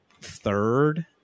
third